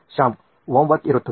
ಶ್ಯಾಮ್ ಹೋಮ್ವರ್ಕ್ಗಳು ಇರುತ್ತದೆ